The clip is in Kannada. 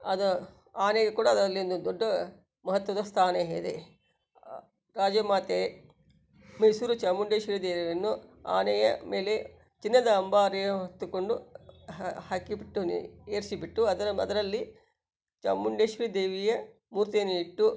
ಅದು ಆನೆಯು ಕೂಡ ಅದರಲ್ಲಿ ಒಂದು ದೊಡ್ಡ ಮಹತ್ವದ ಸ್ಥಾನ ಇದೆ ರಾಜಮಾತೆ ಮೈಸೂರು ಚಾಮುಂಡೇಶ್ವರಿ ದೇವಿಯನ್ನು ಆನೆಯ ಮೇಲೆ ಚಿನ್ನದ ಅಂಬಾರಿಯ ಹೊತ್ತುಕೊಂಡು ಹಾ ಹಾಕಿಬಿಟ್ಟು ನೇ ಏರಿಸಿಬಿಟ್ಟು ಅದರ ಅದರಲ್ಲಿ ಚಾಮುಂಡೇಶ್ವರಿ ದೇವಿಯ ಮೂರ್ತಿಯನ್ನಿಟ್ಟು